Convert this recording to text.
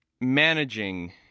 managing